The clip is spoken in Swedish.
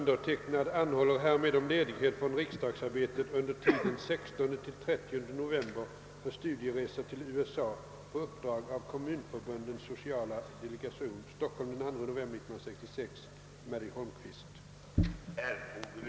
Herr talman! Får jag lov att uttrycka min tillfredsställelse över herr Gustafsons senaste förklaring. Betänkandet hänvisades omedelbart i vederbörliga delar till konstitutionsoch bankoutskotten. Undertecknad anhåller härmed om ledighet från riksdagsarbetet under ti